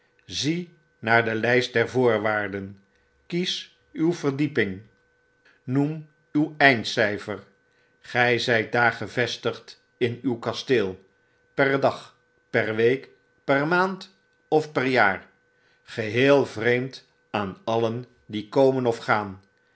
zie naar de lijst der voorwaarden kies uw verdieping noem tiw eindcijfer gij zijt daar gevestigd in uw kasteel per dag per week per maand of per jaar geheel vreemd aan alien die komen of gaan